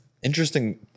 Interesting